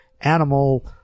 animal